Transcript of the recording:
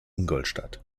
ingolstadt